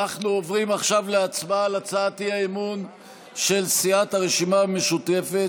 אנחנו עוברים עכשיו להצבעה על הצעת האי-אמון של סיעת הרשימה המשותפת,